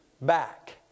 back